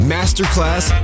Masterclass